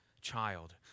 child